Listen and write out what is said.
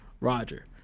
Roger